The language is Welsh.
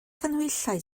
ganhwyllau